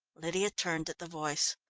lydia turned at the voice.